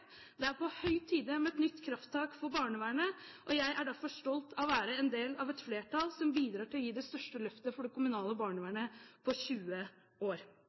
Det er på høy tid med et nytt krafttak for barnevernet. Jeg er derfor stolt av å være en del av et flertall som bidrar til å gi det største løftet for det kommunale barnevernet på 20 år.